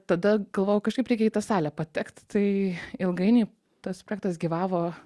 tada galvojau kažkaip reikia į tą salę patekt tai ilgainiui tas projektas gyvavo